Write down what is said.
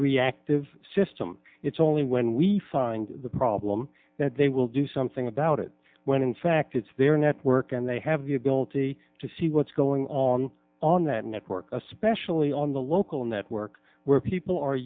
reactive system it's only when we find the problem that they will do something about it when in fact it's their network and they have the ability to see what's going on on that network especially on the local network where people are